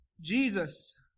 Jesus